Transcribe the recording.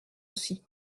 aussi